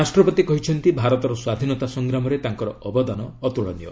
ରାଷ୍ଟ୍ରପତି କହିଛନ୍ତି ଭାରତର ସ୍ୱାଧୀନତା ସଂଗ୍ରାମରେ ତାଙ୍କର ଅବଦାନ ଅତ୍କଳନୀୟ